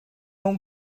اون